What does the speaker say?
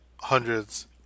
hundreds